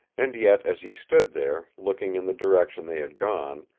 and yet as he stood there, looking in the direction they had gone,